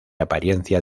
apariencia